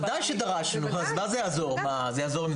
בוודאי שדרשנו, אז מה זה יעזור אם דרשנו.